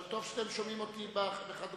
טוב שאתם שומעים אותי בחדריכם,